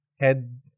head